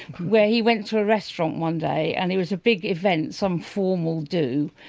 where he went to a restaurant one day and there was a big event, some formal do,